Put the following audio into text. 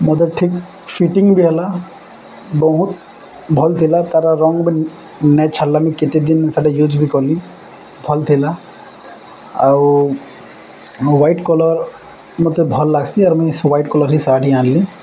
ମୋତେ ଠିକ୍ ଫିଟିଙ୍ଗ ବି ହେଲା ବହୁତ ଭଲ୍ ଥିଲା ତାର ରଙ୍ଗ ବି ନାଇଁ ଛାଡ଼ଲା ମୁଇଁ କେତେ ଦିନ ତାକୁ ୟୁଜ୍ ବି କଲି ଭଲ୍ ଥିଲା ଆଉ ହ୍ଵାଇଟ କଲର୍ ମତେ ଭଲ ଲାଗ୍ସି ଆର୍ ମୁଇଁ ହ୍ୱାଇଟ୍ କଲର୍ ହିଁ ଶାଢ଼ୀ ଆଣିଲି